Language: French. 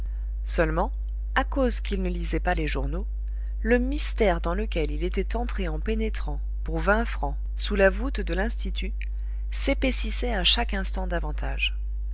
seulement à cause qu'il ne lisait pas les journaux le mystère dans lequel il était entré en pénétrant pour vingt francs sous la voûte de l'institut s'épaississait à chaque instant davantage